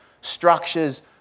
structures